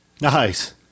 Nice